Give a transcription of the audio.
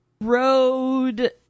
road